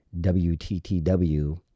WTTW